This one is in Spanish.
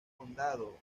condado